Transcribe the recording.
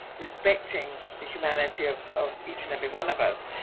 respecting the humanity of of each and every one of us.